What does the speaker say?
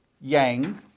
Yang